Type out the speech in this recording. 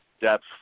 depth